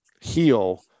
heal